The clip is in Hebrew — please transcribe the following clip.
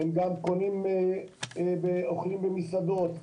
הם גם קונים ואוכלים במסעדות,